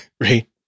Right